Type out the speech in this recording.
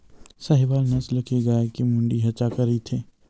साहीवाल नसल के गाय के मुड़ी ह चाकर रहिथे